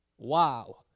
wow